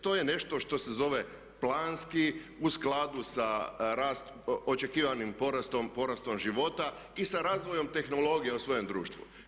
To je nešto što se zove planski, u skladu sa očekivanim porastom života i sa razvojem tehnologije u svojem društvu.